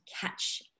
catch